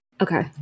Okay